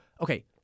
okay